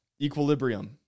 Equilibrium